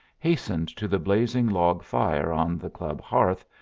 hastened to the blazing log fire on the club hearth,